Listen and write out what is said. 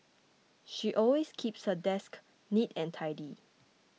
she always keeps her desk neat and tidy